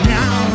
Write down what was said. now